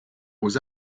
aux